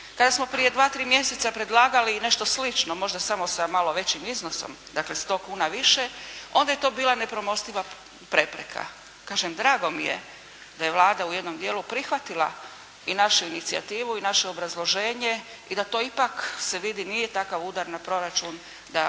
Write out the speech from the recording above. Kada smo prije dva, tri mjeseca predlagali i nešto slično možda samo sa malo većim iznosom dakle sto kuna više onda je to bila nepremostiva prepreka. Kažem drago mi je da je Vlada u jednom dijelu prihvatila i našu inicijativu i naše obrazloženje i da to ipak se vidi, nije takav udar na proračun da se to